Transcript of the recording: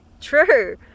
True